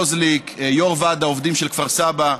קוזליק, יו"ר ועד העובדים של כפר סבא,